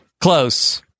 Close